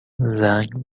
زنگ